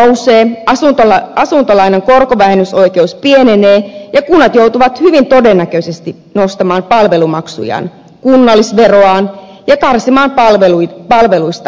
bensa ja autovero nousevat asuntolainan korkovähennysoikeus pienenee ja kunnat joutuvat hyvin todennäköisesti nostamaan palvelumaksujaan kunnallisveroaan ja karsimaan palveluista selvästi